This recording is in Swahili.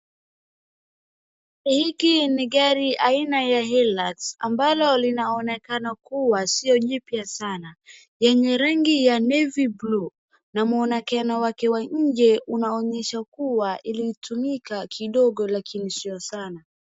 Hiki ni gari aina ya Yelands ambalo linaonekana kuwa sio jipya sana lenye rangi ya navy blue na muonekano wake wa nje unaonyesha kuwa ilitumika kidogo lakini sio sana.